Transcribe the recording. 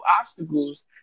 obstacles